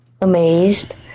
amazed